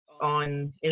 on